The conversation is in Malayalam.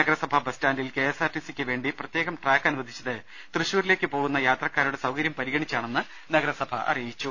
നഗരസഭ ബസ്സ്റ്റാൻറിൽ K S R T C യ്ക്കു വേണ്ടി പ്രത്യേകം ട്രാക്ക് അനുവദിച്ചത് തൃശ്ശൂരി ലേക്ക് പോകുന്ന യാത്രക്കാരുടെ സൌകര്യം പരിഗണിച്ചാണെന്നും നഗര സഭ അറിയിച്ചു